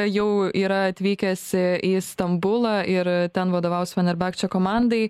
jau yra atvykęs į stambulą ir ten vadovaus fenerbahče komandai